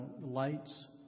lights